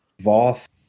Voth